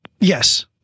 Yes